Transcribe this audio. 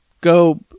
go